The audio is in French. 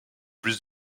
plus